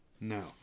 No